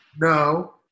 No